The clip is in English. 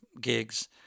gigs